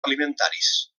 alimentaris